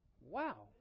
Wow